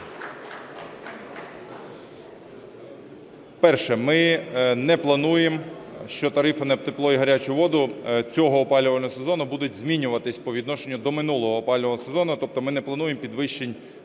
Перше. Ми не плануємо, що тарифи на тепло і гарячу воду цього опалювального сезону будуть змінюватися по відношенню до минулого опалювального сезону. Тобто ми не плануємо підвищень тарифів.